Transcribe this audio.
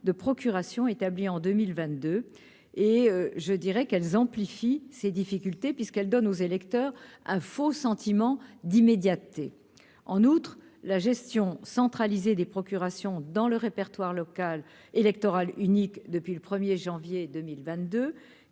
de procuration établie en 2022, et je dirais qu'elles amplifient ces difficultés puisqu'elle donne aux électeurs un faux sentiment d'immédiateté en outre la gestion centralisée des procurations dans le répertoire local électoral unique depuis le 1er janvier 2022